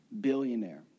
billionaire